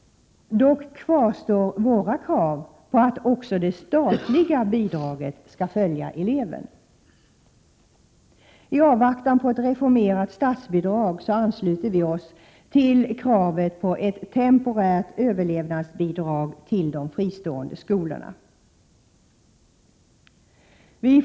Dock kvarstår våra krav på att också det statliga bidraget skall följa eleven. I avvaktan på ett reformerat statsbidrag ansluter folkpartiet sig till kravet på ett temporärt överlevnadsbidrag till de fristående skolorna.